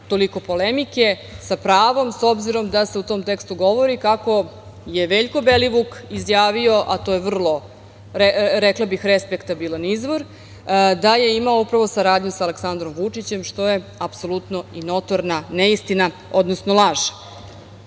toliko polemike sa pravom, s obzirom da se u tom tekstu govori kako je Veljko Belivuk izjavio, a to je vrlo, rekla bih, respektabilan izvor, da je imao upravo saradnju sa Aleksandrom Vučićem što je apsolutno i notorna neistina, odnosno laž. Mene